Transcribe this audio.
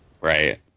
Right